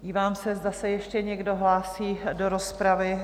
Dívám se, zda se ještě někdo hlásí do rozpravy.